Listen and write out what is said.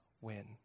win